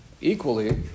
equally